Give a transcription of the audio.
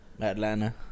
Atlanta